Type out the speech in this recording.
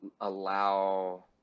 allow